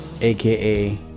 aka